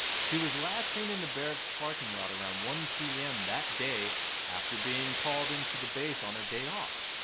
she was last seen in the barracks parking lot around one zero pm that day after being called into the base on her day off.